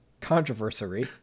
Controversy